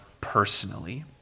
personally